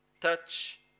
touch